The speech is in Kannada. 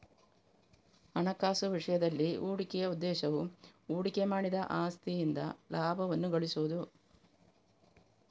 ಹಣಕಾಸು ವಿಷಯದಲ್ಲಿ, ಹೂಡಿಕೆಯ ಉದ್ದೇಶವು ಹೂಡಿಕೆ ಮಾಡಿದ ಆಸ್ತಿಯಿಂದ ಲಾಭವನ್ನು ಗಳಿಸುವುದು